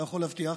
לא יכול להבטיח,